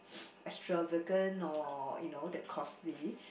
extravagant or you know that costly